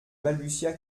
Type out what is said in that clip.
balbutia